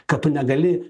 kad tu negali